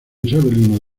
isabelino